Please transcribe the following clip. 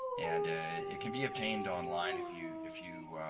and ah it can be obtained online if you if you